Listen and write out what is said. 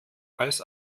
als